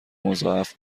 مضاعف